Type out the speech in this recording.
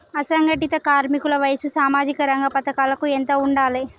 అసంఘటిత కార్మికుల వయసు సామాజిక రంగ పథకాలకు ఎంత ఉండాలే?